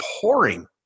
pouring